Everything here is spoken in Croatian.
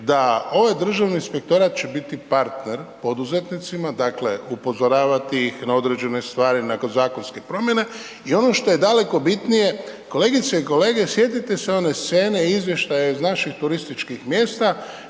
da ovaj Državni inspektorat će biti partner poduzetnicima, dakle upozoravati ih na određene stvari, na zakonske promijene, i ono što je daleko bitnije, kolegice i kolege sjetite se one scene i Izvještaja iz naših turističkih mjesta